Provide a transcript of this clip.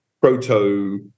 proto